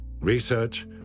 Research